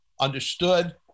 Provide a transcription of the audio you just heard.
understood